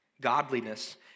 Godliness